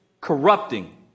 corrupting